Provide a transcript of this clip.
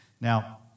Now